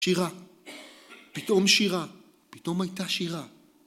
שירה. פתאום שירה. פתאום הייתה שירה.